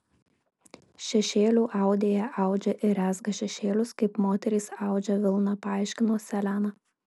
šešėlių audėja audžia ir rezga šešėlius kaip moterys audžia vilną paaiškino seleną